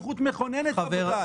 נמצאת כבר היום בחוק-יסוד,